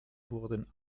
wurden